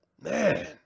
Man